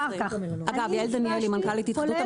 נפגשתי,